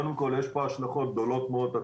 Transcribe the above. קודם כל יש פה השלכות גדולות מאוד בנושא הכנסות,